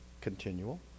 continual